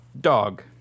dog